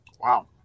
Wow